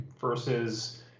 versus